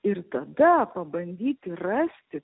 ir tada pabandyti rasti